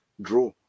draw